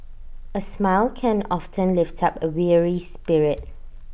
A smile can often lift up A weary spirit